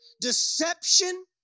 Deception